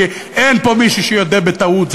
כי אין פה מישהו שיודה בטעות,